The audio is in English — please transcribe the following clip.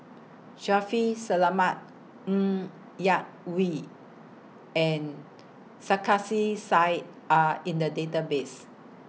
Shaffiq Selamat Ng Yak Whee and Sarkasi Said Are in The Database